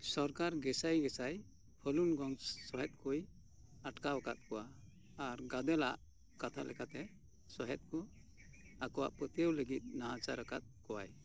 ᱥᱚᱨᱠᱟᱨ ᱜᱮᱥᱟᱭ ᱜᱮᱥᱟᱭ ᱯᱷᱟᱞᱩᱱ ᱜᱚᱝ ᱥᱚᱦᱮᱫ ᱠᱚᱭ ᱟᱴᱠᱟᱣ ᱟᱠᱟᱫ ᱠᱚᱣᱟ ᱟᱨ ᱜᱟᱫᱮᱞᱟᱜ ᱠᱟᱛᱷᱟ ᱞᱮᱠᱟᱛᱮ ᱥᱚᱦᱮᱫ ᱠᱚ ᱟᱠᱚᱣᱟᱜ ᱯᱟᱹᱛᱭᱟᱹᱣ ᱞᱟᱹᱜᱤᱫ ᱱᱟᱦᱟᱪᱟᱨ ᱟᱠᱟᱫ ᱠᱚᱣᱟᱭ